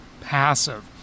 passive